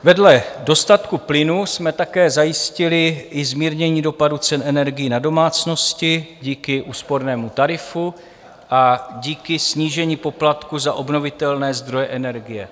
Vedle dostatku plynu jsme také zajistili i zmírnění dopadu cen energií na domácnosti díky úspornému tarifu a díky snížení poplatku za obnovitelné zdroje energie.